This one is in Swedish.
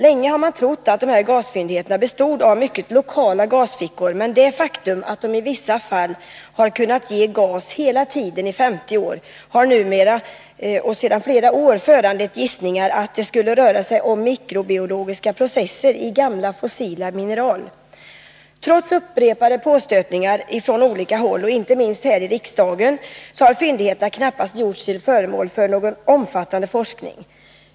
Länge har man trott att dessa gasfyndigheter bestod av mycket lokala gasfickor, men det faktum att de i vissa fall kunnat ge gas hela tiden i 50 år har numera och sedan flera år föranlett gissningar, att det skulle röra sig om mikrobiologiska processer i gamla fossila mineral. Trots upprepade påstötningar därom från olika håll — inte minst här i riksdagen — har fyndigheterna knappast gjorts till föremål för någon omfattande forskning.